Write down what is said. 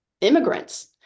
immigrants